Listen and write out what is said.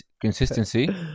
consistency